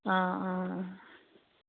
অঁ অঁ